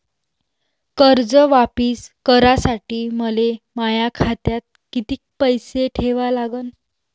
कर्ज वापिस करासाठी मले माया खात्यात कितीक पैसे ठेवा लागन?